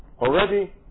already